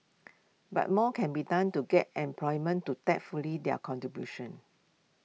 but more can be done to get employment to tap fully their contributions